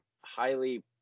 highly